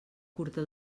curta